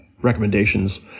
recommendations